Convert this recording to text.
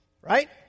right